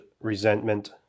resentment